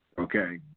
Okay